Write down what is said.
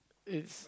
its